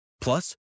Plus